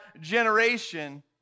generation